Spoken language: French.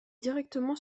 directement